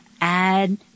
add